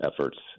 efforts